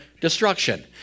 destruction